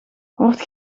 hoort